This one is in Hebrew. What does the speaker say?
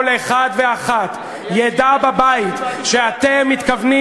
כל אחד ואחת ידע בבית שאתם מתכוונים,